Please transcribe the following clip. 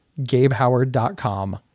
GabeHoward.com